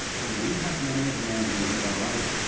but we have many advantages of our own.